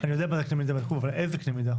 אני יודע מה זה קנה מידה נקוב, אבל איזה קנה מידה.